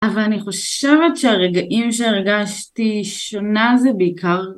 אבל אני חושבת שהרגעים שהרגשתי שונה זה בעיקר